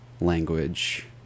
language